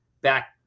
back